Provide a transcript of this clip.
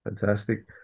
Fantastic